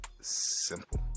simple